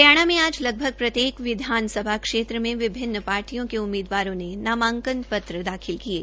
हरियाणा में आज लगभग प्रत्येक विधानसभ क्षेत्र में विभिन्न पार्टियों के उम्मीदवारोंने नामांकन पत्र दाखिल किये